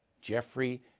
Jeffrey